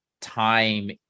time